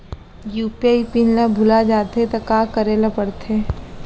UPI PIN ल भुला जाथे त का करे ल पढ़थे?